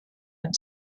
and